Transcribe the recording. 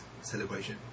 celebration